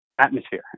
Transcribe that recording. atmosphere